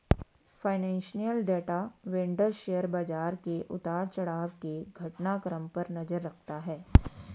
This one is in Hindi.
फाइनेंशियल डाटा वेंडर शेयर बाजार के उतार चढ़ाव के घटनाक्रम पर नजर रखता है